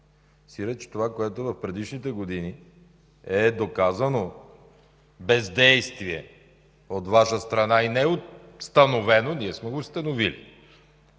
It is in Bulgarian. Сиреч това, което в предишните години е доказано бездействие от Ваша страна, и неустановено, ние сме го установили.